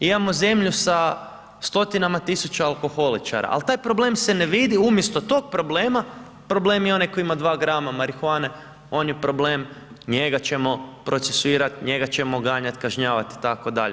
Imamo zemlju sa stotinama tisuća alkoholičara, ali taj problem se ne vidi, umjesto tog problema, problem je onaj koji ima 2 grama marihuane, on je problem, njega ćemo procesuirati, njega ćemo ganjati, kažnjavati, itd.